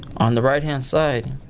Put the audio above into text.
on the right-hand side,